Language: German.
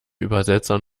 übersetzer